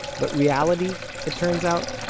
but reality, it turns out,